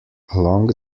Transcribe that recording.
along